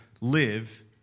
live